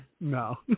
no